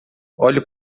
olhe